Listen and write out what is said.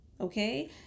okay